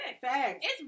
Facts